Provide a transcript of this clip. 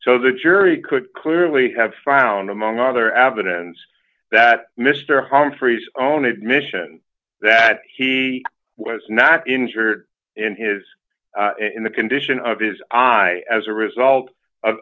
so the jury could clearly have found among other evidence that mr humphries own admission that he was not injured in his in the condition of his eye as a result of